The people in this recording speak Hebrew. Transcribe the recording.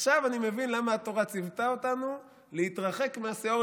עכשיו אני מבין למה התורה ציוותה אותנו להתרחק מהשאור,